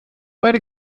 beide